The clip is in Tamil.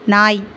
நாய்